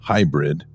Hybrid